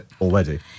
already